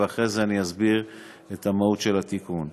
ואחרי זה אני אסביר את המהות של התיקון.